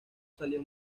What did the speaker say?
salió